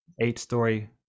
eight-story